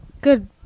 good